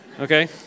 okay